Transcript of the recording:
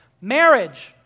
marriage